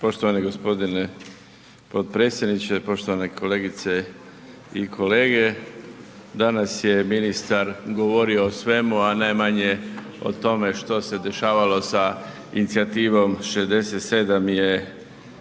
Poštovani gospodine potpredsjedniče, poštovane kolegice i kolege. Danas je ministar govorio o svemu, a najmanje o tome što se dešavalo sa inicijativom „67